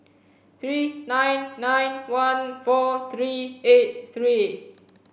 three nine nine one four three eight three